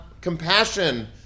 compassion